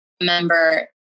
remember